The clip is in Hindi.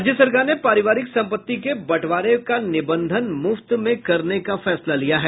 राज्य सरकार ने पारिवारिक सम्पत्ति के बंटवारे का निबंधन मुफ्त में करने का फैसला लिया है